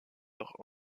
par